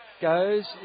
goes